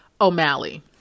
O'Malley